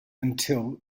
until